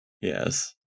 Yes